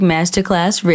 Masterclass